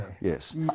yes